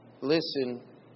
listen